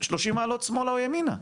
שלושים מעלות שמאלה או ימינה.